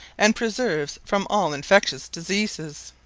and preserves from all infectious diseases.